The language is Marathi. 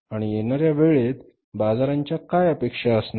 आणि येणाऱ्या वेळेत बाजारांच्या काय अपेक्षा असणार